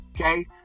Okay